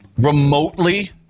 remotely